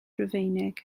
rufeinig